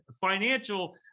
financial